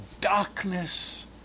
darkness